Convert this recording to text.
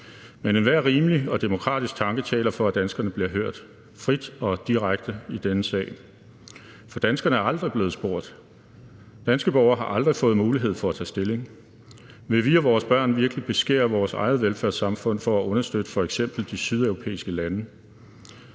men enhver rimelig og demokratisk tanke taler for, at danskerne bliver hørt frit og direkte i denne sag, for danskerne er aldrig blevet spurgt. Danske borgere har aldrig fået mulighed for at tage stilling. Vil vi og vores børn virkelig beskære vores eget velfærdssamfund for at understøtte f.eks. de sydeuropæiske lande?